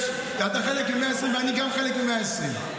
אתה חלק מ-120 וגם אני חלק מ-120,